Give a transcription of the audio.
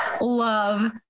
love